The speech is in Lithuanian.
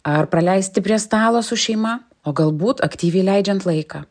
ar praleisti prie stalo su šeima o galbūt aktyviai leidžiant laiką